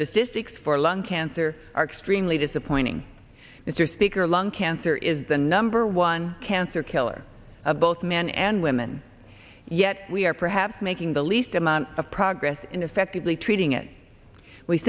specifics for lung cancer are extremely disappointing mr speaker lung cancer is the number one cancer killer of both men and women yet we are perhaps making the least amount of progress in effectively treating it we